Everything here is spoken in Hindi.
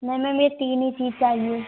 नहीं मेम ये तीन ही चीज चाहिए